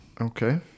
okay